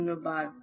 ধন্যবাদ